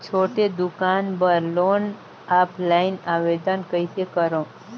छोटे दुकान बर लोन ऑफलाइन आवेदन कइसे करो?